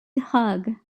hug